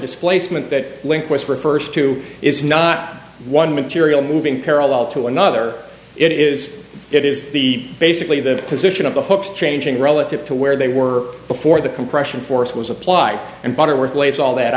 displacement that link was refers to is not one material moving parallel to another it is it is the basically the position of the hooks changing relative to where they were before the compression force was applied and butterworth lays all that